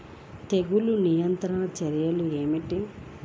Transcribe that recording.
తెగులు నియంత్రణ చర్యలు ఏమిటి?